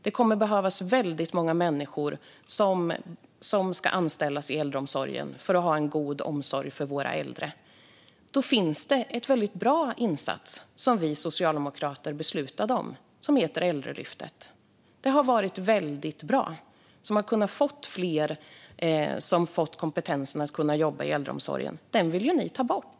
Man kommer att behöva anställa väldigt många människor i äldreomsorgen för att ha en god omsorg för våra äldre. Då finns det en väldigt bra insats som vi socialdemokrater beslutade om som heter Äldreomsorgslyftet. Det har varit väldigt bra. Man har kunnat få in fler som fått kompetens att jobba i äldreomsorgen. Den insatsen vill ni ta bort.